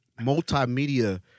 multimedia